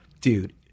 Dude